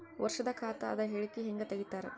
ವರ್ಷದ ಖಾತ ಅದ ಹೇಳಿಕಿ ಹೆಂಗ ತೆಗಿತಾರ?